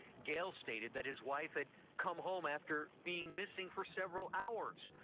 gale stated that his wife had come home after being missing for several hours.